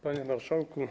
Panie Marszałku!